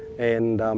and